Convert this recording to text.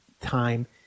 time